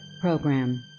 Program